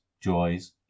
joys